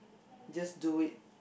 just do it